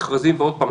ועוד פעם,